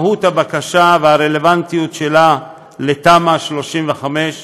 מהות הבקשה והרלוונטיות שלה לתמ"א 35,